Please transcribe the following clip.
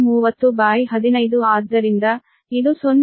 20 p